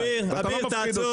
רגע, אביר, תעצור.